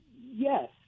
yes